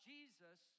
Jesus